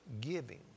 giving